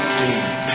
deep